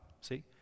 see